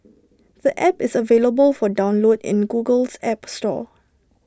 the app is available for download in Google's app store